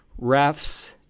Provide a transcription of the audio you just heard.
refs